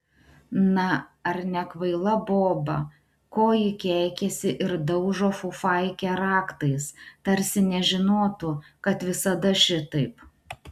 na ar nekvaila boba ko ji keikiasi ir daužo fufaikę raktais tarsi nežinotų kad visada šitaip